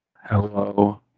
Hello